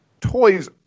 Toys